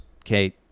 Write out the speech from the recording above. okay